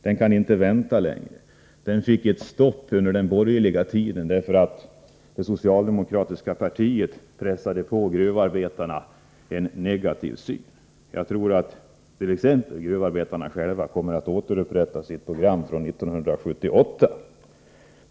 Denna diskussion kan inte vänta. Den stannade av under den borgerliga tiden, eftersom det socialdemokratiska partiet pressade på gruvarbetarna en negativ syn på det här området. Jag tror t.ex. att gruvarbetarna själva kommer att återupprätta sitt program från 1978.